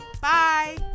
Bye